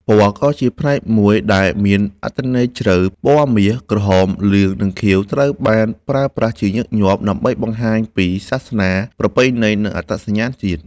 ពណ៌ក៏ជាផ្នែកមួយដែលមានអត្ថន័យជ្រៅ ពណ៌មាស ក្រហម លឿង និងខៀវ ត្រូវបានប្រើប្រាស់ជាញឹកញាប់ ដើម្បីបង្ហាញពីសាសនា ប្រពៃណី និងអត្តសញ្ញាណជាតិ។